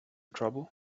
trouble